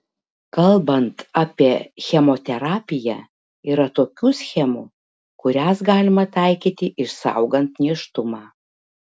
kalbant apie chemoterapiją yra tokių schemų kurias galima taikyti išsaugant nėštumą